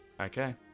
Okay